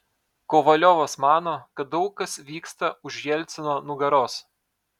kovaliovas mano kad daug kas vyksta už jelcino nugaros